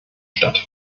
statt